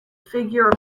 figure